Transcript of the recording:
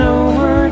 over